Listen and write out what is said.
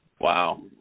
Wow